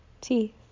teeth